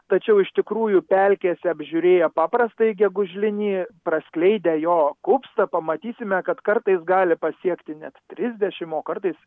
tačiau iš tikrųjų pelkėse apžiūrėję paprastąjį gegužlinį praskleidę jo kupstą pamatysime kad kartais gali pasiekti net trisdešimt o kartais